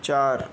चार